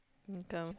income